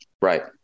Right